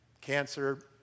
cancer